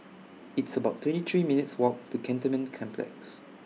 It's about twenty three minutes' Walk to Cantonment Complex